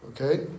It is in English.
Okay